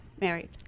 Married